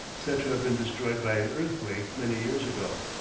said to have been destroyed by an earthquake many years ago.